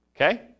Okay